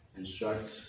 instruct